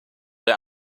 der